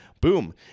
Boom